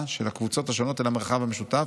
של הקבוצות השונות אל המרחב המשותף,